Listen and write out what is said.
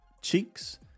cheeks